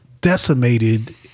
decimated